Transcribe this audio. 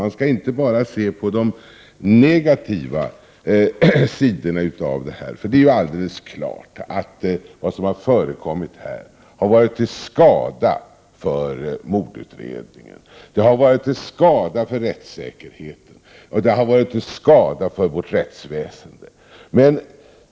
Man skall inte se bara på de negativa sidorna. Det är dock alldeles klart att vad som har förekommit har varit till skada för mordutredningen, för rättssäkerheten och för vårt rättsväsende.